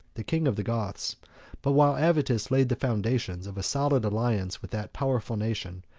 the king of the goths but while avitus laid the foundations of a solid alliance with that powerful nation,